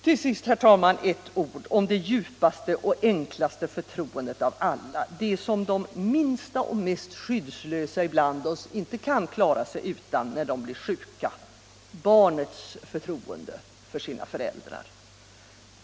Till sist ett ord om det djupaste och enklaste förtroendet av alla, det som de minsta och mest skyddslösa bland oss inte kan klara sig utan när de blir sjuka: barnets förtroende för sina föräldrar.